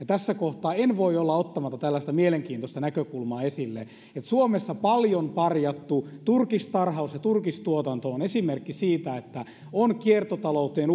tässä kohtaa en voi olla ottamatta esille tällaista mielenkiintoista näkökulmaa että suomessa paljon parjattu turkistarhaus ja turkistuotanto ovat esimerkki siitä että on kiertotalouteen